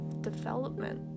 development